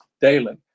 daily